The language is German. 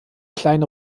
kleine